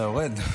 אתה יורד?